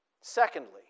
Secondly